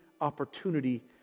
opportunity